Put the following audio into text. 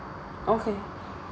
okay